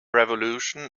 revolution